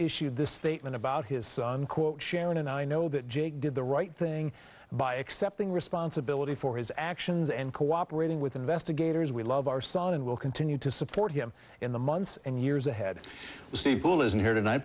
issued this statement about his son quote sharon and i know that jake did the right thing by accepting responsibility for his actions and cooperating with investigators we love our son and will continue to support him in the months and years ahead steve who isn't here tonight